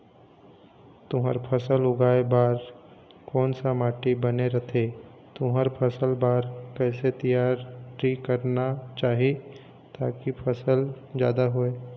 तुंहर फसल उगाए बार कोन सा माटी बने रथे तुंहर फसल बार कैसे तियारी करना चाही ताकि फसल जादा हो?